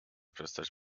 przestać